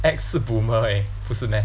X 是 boomer eh 不是 meh